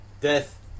Death